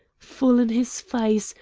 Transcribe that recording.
full in his face,